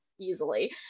easily